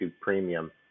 premium